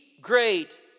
great